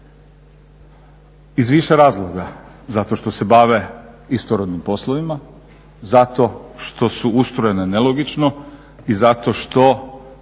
Iz više razloga, zato što se bave istorodnim poslovima, zato što su ustrojene nelogično i zato što